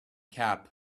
cap